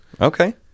Okay